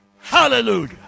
Hallelujah